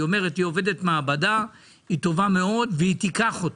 היא אומרת שהיא עובדת מעבדה והיא טובה מאוד והיא תיקח אותה.